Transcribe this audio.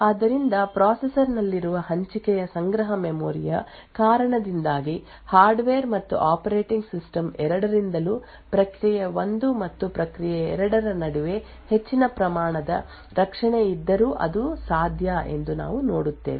ಆದ್ದರಿಂದ ಪ್ರೊಸೆಸರ್ ನಲ್ಲಿರುವ ಹಂಚಿಕೆಯ ಸಂಗ್ರಹ ಮೆಮೊರಿ ಯ ಕಾರಣದಿಂದಾಗಿ ಹಾರ್ಡ್ವೇರ್ ಮತ್ತು ಆಪರೇಟಿಂಗ್ ಸಿಸ್ಟಮ್ ಎರಡರಿಂದಲೂ ಪ್ರಕ್ರಿಯೆ 1 ಮತ್ತು ಪ್ರಕ್ರಿಯೆ 2 ರ ನಡುವೆ ಹೆಚ್ಚಿನ ಪ್ರಮಾಣದ ರಕ್ಷಣೆ ಇದ್ದರೂ ಅದು ಸಾಧ್ಯ ಎಂದು ನಾವು ನೋಡುತ್ತೇವೆ